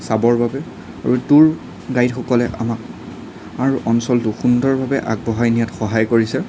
চাবৰ বাবে আৰু ট্যুৰ গাইডসকলে আমাক আৰু অঞ্চলটোক সুন্দৰভাৱে আগবঢ়াই নিয়াত সহায় কৰিছে